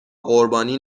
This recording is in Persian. قربانی